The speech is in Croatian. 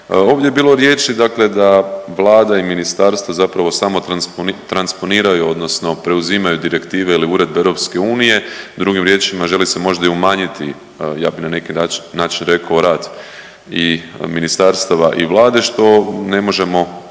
Ovdje je bilo riječi dakle da Vlada i ministarstvo zapravo samo transponiraju odnosno preuzimaju direktive ili uredbe Europske unije. Drugim riječima želi se možda i umanjiti ja bih na neki način rekao rad i ministarstava i Vlade što ne možemo